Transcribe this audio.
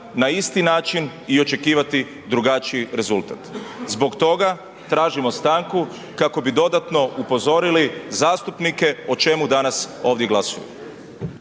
na isti način i očekivati drugačiji rezultat. Zbog toga tražimo stanku kako bi dodatno upozorili zastupnike o čemu danas ovdje glasujemo.